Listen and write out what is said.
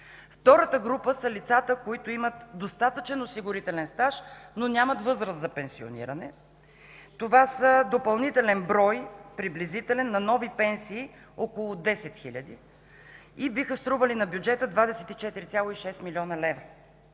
Втората група са лицата, които имат достатъчен осигурителен стаж, но нямат възраст за пенсиониране. Това са допълнителен брой, приблизителен на нови пенсии около десет хиляди и биха стрували на бюджета 24,6 млн. лв.